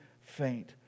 faint